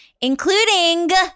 including